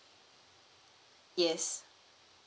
yes